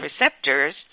receptors